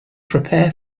prepare